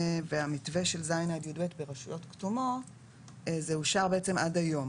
והמתווה של ז' עד י"ב ברשויות כתומות זה אושר עד היום.